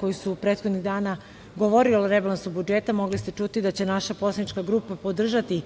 koji su prethodnih dana govorili o rebalansu budžeta mogli ste čuti da će naša poslanička grupa podržati